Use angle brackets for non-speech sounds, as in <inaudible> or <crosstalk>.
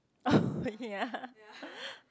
oh <breath> ya